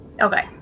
Okay